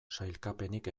sailkapenik